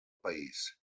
país